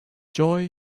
joy